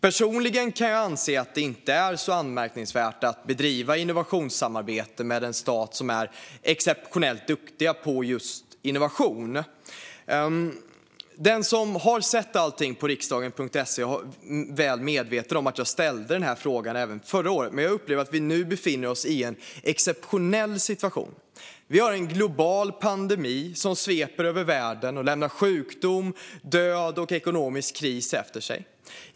Personligen anser jag att det inte är så anmärkningsvärt att bedriva innovationssamarbete med en stat som är exceptionellt duktig på just innovation. Den som har sett allt på riksdagen.se är väl medveten om att jag ställde denna fråga även förra året, men jag upplever att vi nu befinner oss i en exceptionell situation. Vi har en global pandemi som sveper över världen och lämnar sjukdom, död och ekonomisk kris efter sig.